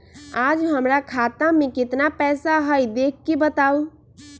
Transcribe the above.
आज हमरा खाता में केतना पैसा हई देख के बताउ?